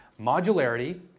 modularity